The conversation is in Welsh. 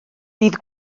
bydd